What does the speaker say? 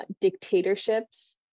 dictatorships